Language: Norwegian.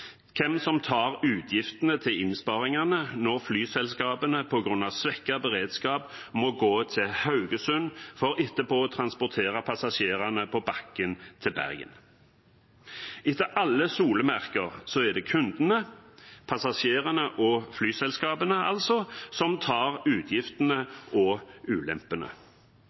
Hvem tar utgiftene til innsparingene når flyselskapene, på grunn av svekket beredskap, må gå til Haugesund for så etterpå å transportere passasjerene på bakken til Bergen? Etter alle solemerker er det kundene, passasjerene og flyselskapene, som tar utgiftene og ulempene.